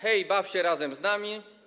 Hej, baw się razem z nami.